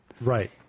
Right